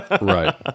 Right